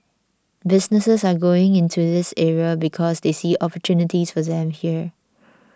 businesses are going into this area because they see opportunities for them here